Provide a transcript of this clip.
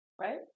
Right